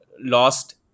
lost